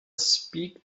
speak